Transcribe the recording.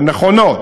הן נכונות,